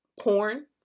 porn